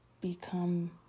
become